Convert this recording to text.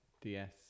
DS